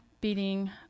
beating